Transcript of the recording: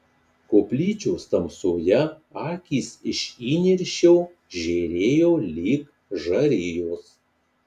koplyčios tamsoje akys iš įniršio žėrėjo lyg žarijos